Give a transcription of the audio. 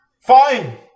fine